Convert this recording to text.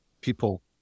people